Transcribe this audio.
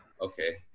Okay